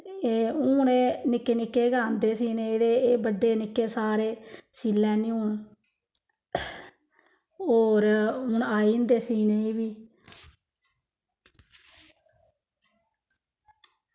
हून एह् निक्के निक्के गै आंदे सीनेई ते एह् बड्डे निक्के सारे सी लैन्नी हून होर हून आई जंदे सीने बी